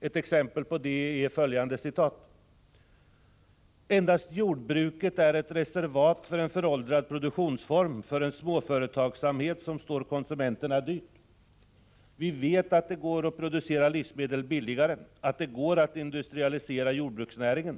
Ett exempel på detta är följande citat: ”Endast jordbruket är ett reservat för en föråldrad produktionsform, för en småföretagsamhet som står konsumenterna dyrt. Vi vet att det går att producera livsmedel billigare, att det går att industrialisera jordbruksnäringen.